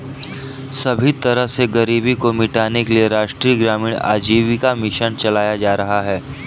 सभी तरह से गरीबी को मिटाने के लिये राष्ट्रीय ग्रामीण आजीविका मिशन चलाया जा रहा है